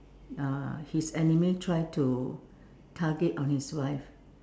uh his enemy try to target on his wife